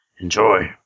Enjoy